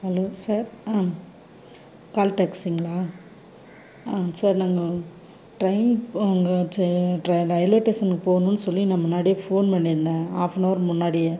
hello sir ஆ கால்டேக்ஸிங்களா ஆ சார் நாங்கள் ட்ரெயின் ரயில்வே ஸ்டேஷனுக்கு போகணும்னு சொல்லி நான் முன்னாடியே ஃபோன் பண்ணி இருந்தேன் ஆஃப்னவர் முன்னாடியே